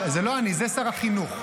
זה לא אני, זה שר החינוך.